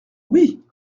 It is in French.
oui